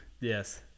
yes